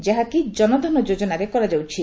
ଯାହାକି ଜନଧନ ଯୋକନାରେ କରାଯାଉଛି